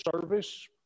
service